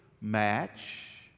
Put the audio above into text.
match